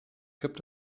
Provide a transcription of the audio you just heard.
gibt